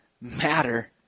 matter